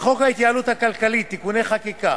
בחוק ההתייעלות הכלכלית (תיקוני חקיקה